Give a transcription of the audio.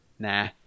Nah